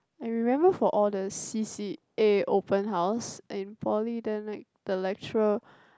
I remember for all the C_C_A open house in poly then like the lecturer